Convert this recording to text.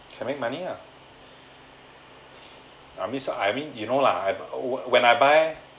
can make money ah I miss out I mean you know lah I wh~ when I buy